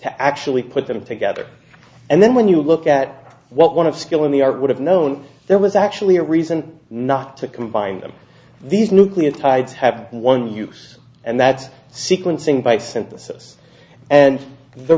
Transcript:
actually put them together and then when you look at what one of skill in the art would have known there was actually a reason not to combine them these nucleotides have one use and that